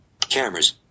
Cameras